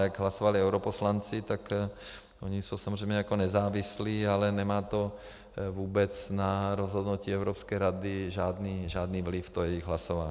A jak hlasovali europoslanci, tak oni jsou samozřejmě jako nezávislí, ale nemá to vůbec na rozhodnutí Evropské rady žádný vliv, to jejich hlasování.